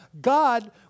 God